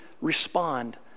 respond